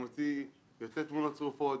יוצאות תמונות שרופות,